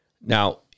Now